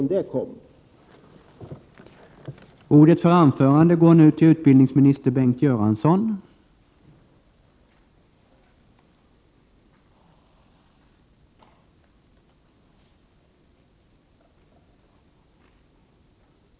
nslag ti G